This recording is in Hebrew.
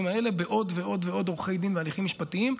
האלה בעוד ועוד ועוד עורכי דין והליכים משפטיים.